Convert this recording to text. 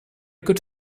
good